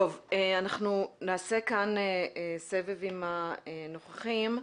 אנחנו נעשה סבב עם הנוכחים,